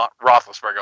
Roethlisberger